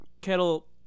kettle